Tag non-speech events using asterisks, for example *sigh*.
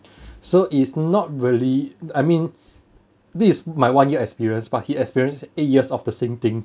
*breath* so it's not really I mean this is my one year experience but he experienced eight years of the same thing